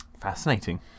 fascinating